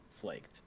flaked